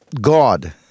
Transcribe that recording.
God